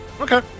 Okay